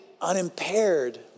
unimpaired